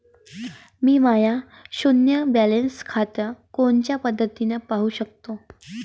मी माय शुन्य बॅलन्स खातं कोनच्या पद्धतीनं पाहू शकतो?